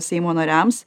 seimo nariams